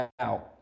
now